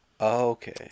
okay